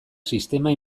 sistema